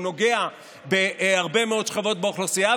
הוא נוגע בהרבה מאוד שכבות באוכלוסייה,